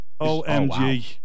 OMG